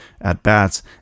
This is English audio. at-bats